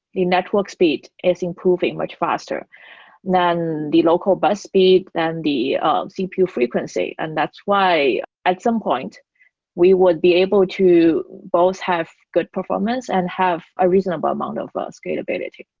the network speed is improving much faster than the local bus speed and the um cpu frequency, and that's why at some point we would be able to both have good performance and have a reasonable amount of but scalability.